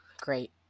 Great